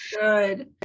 good